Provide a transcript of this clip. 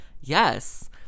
Yes